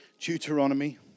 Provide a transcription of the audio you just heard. Deuteronomy